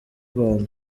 rwanda